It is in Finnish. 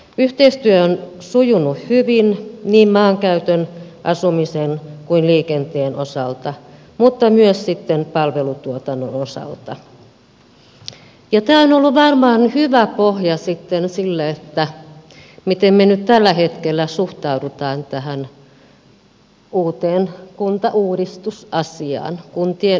yhteistyö on sujunut hyvin niin maankäytön asumisen kuin liikenteen osalta mutta myös sitten palvelutuotannon osalta ja tämä on ollut varmaan hyvä pohja sitten sille miten me nyt tällä hetkellä suhtaudumme tähän uuteen kuntauudistusasiaan kuntien yhdistämiseen